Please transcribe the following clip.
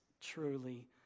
truly